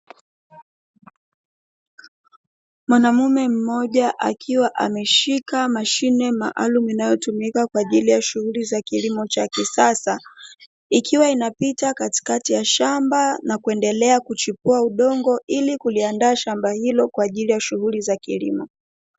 Mwanamume mmoja akiwa ameshika mashine maalum inayotumika kwa ajili ya shughuli za kilimo cha kisasa ikiwa inapita katikati ya shamba na kuendelea kuchukua udongo ili kuliandaa shamba hilo kwa ajili ya shughuli za kilimo.